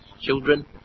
children